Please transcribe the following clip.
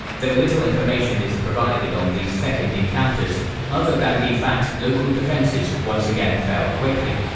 though little information is provided on these second encounters other than the fact local defences once again fell quickly.